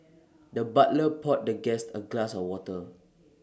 the butler poured the guest A glass of water